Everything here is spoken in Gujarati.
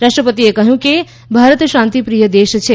રાષ્ટ્રપતિએ કહ્યું કે ભારત શાંતિપ્રિય દેશ છે